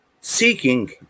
seeking